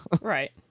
right